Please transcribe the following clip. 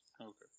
Okay